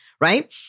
right